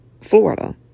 Florida